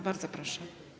Bardzo proszę.